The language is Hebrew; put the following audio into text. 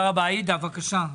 עאידה, בבקשה.